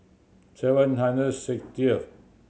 seven hundred sixtieth